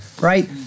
right